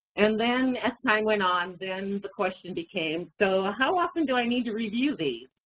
and then, as time went on, then the question became, so ah how often do i need to review these?